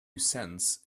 cents